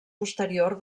posterior